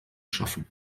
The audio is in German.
schaffen